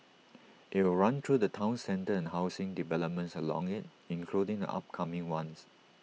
IT will run through the Town centre and housing developments along IT including the upcoming one